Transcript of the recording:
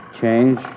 Change